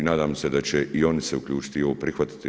I nadam se da će i oni se uključiti i ovo prihvatiti.